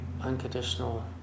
unconditional